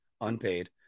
unpaid